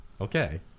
Okay